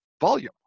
volume